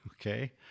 okay